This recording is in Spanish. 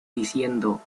diciendo